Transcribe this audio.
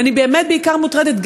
ואני באמת בעיקר מוטרדת,